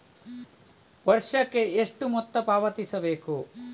ವರ್ಷಕ್ಕೆ ಎಷ್ಟು ಮೊತ್ತ ಪಾವತಿಸಬೇಕು?